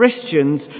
Christians